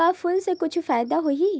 का फूल से कुछु फ़ायदा होही?